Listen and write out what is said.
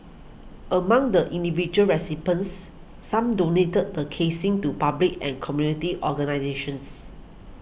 among the individual recipients some donated the casings to public and community organisations